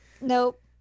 Nope